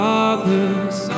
Father's